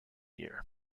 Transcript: year